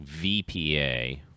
VPA